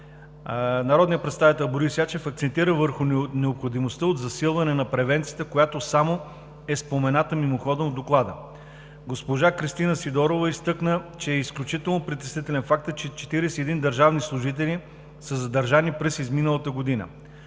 на Доклада. Господин Ячев акцентира върху необходимостта от засилване на превенцията, която само е спомената мимоходом в Доклада. Госпожа Кристина Сидорова изтъкна също, че е изключително притеснителен фактът, че 41 държавни служители са задържани през изминалата година.